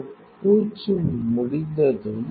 ஒரு பூச்சு முடிந்ததும்